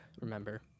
remember